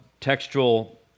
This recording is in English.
textual